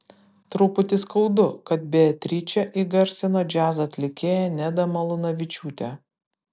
truputį skaudu kad beatričę įgarsino džiazo atlikėja neda malūnavičiūtė